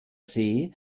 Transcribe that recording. see